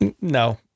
No